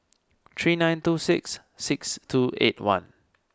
three nine two six six two eight one